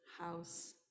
house